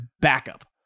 backup